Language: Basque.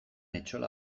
etxola